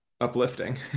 uplifting